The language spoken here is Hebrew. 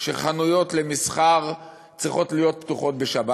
שחנויות למסחר צריכות להיות פתוחות בשבת,